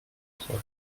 trois